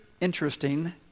interesting